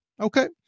Okay